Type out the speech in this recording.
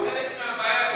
חלק מהבעיה,